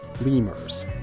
Lemurs